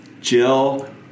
Jill